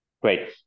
Great